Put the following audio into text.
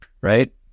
right